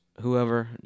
whoever